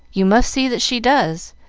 you must see that she does,